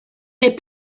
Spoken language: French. des